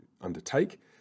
undertake